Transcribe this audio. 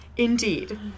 Indeed